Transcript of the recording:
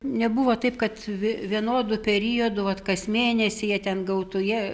nebuvo taip kad vi vienodu periodu vat kas mėnesį jie ten gautų jie